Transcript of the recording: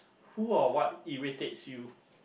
who or what irritates you